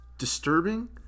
Disturbing